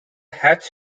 hatch